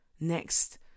Next